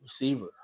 receiver